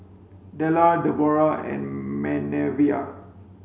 Dellar Deborah and Manervia